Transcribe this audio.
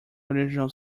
original